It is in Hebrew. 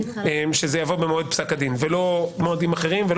שזה יבוא במועד פסק הדין ולא במועדים אחרים ולא